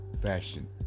fashion